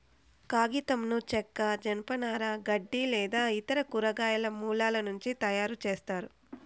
కాగితంను చెక్క, జనపనార, గడ్డి లేదా ఇతర కూరగాయల మూలాల నుంచి తయారుచేస్తారు